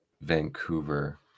Vancouver